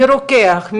מרוקח,